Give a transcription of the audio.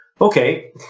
Okay